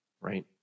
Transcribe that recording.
right